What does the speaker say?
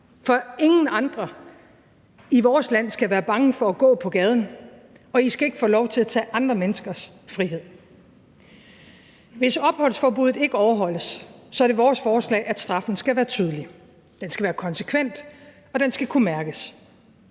for ingen andre i vores land skal være bange for at gå på gaden, og I skal ikke få lov til at tage andre menneskers frihed. Hvis opholdsforbuddet ikke overholdes, er det vores forslag, at straffen skal være tydelig, den skal være konsekvent, og den skal kunne mærkes: